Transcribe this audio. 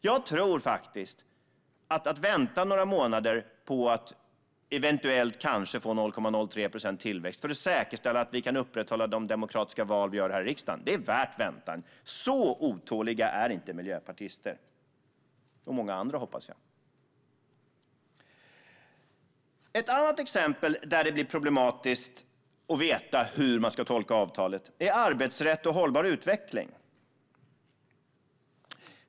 Jag tror faktiskt att det skulle säkerställa att vi kan upprätthålla de demokratiska val vi gör här i riksdagen, att vänta några månader på att kanske få 0,03 procents tillväxt. Det är värt väntan. Så otåliga är inte miljöpartister, och inte andra heller, hoppas jag. Ett annat exempel där det blir problematiskt att veta hur man ska tolka avtalet är när det gäller arbetsrätt och hållbar utveckling.